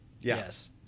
Yes